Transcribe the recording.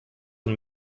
von